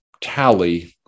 tally